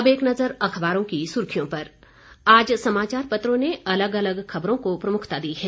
अब एक नजर अखबारों की सुर्खियों पर आज समाचार पत्रों ने अलग अलग खबरों को प्रमुखता दी है